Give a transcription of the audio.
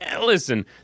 Listen